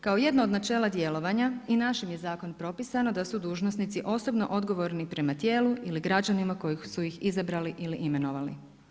Kao jedno od načela djelovanja i našim je zakonom propisano da su dužnosnici osobno odgovorni prema tijelu ili građanima kojih su izabrali ili imenovali.